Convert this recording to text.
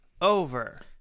over